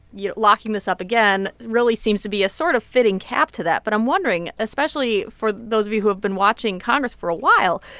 you know, locking this up again really seems to be a sort of fitting cap to that. but i'm wondering, especially for those of you who have been watching congress for a while,